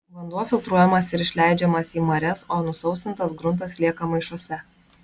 vanduo filtruojamas ir išleidžiamas į marias o nusausintas gruntas lieka maišuose